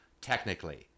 technically